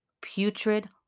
putrid